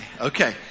Okay